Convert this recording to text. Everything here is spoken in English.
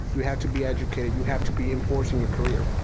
you have to be educated, you have to be enforcing your career.